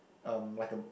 um like a